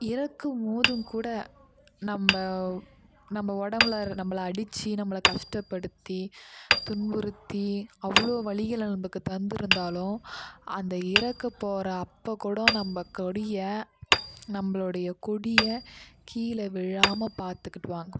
இறக்கும்போதும் கூட நம்ம நம்ம உடம்புல நம்மள அடிச்சு நம்மள கஷ்டப்படுத்தி துன்புறுத்தி அவ்வளோ வலிகளை நம்மளுக்கு தந்திருந்தாலும் அந்த இறக்கப் போகிற அப்போ கூட நம்ம கொடியை நம்மளோடைய கொடியை கீழே விழாமல் பார்த்துக்குடுவாங்க